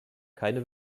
keine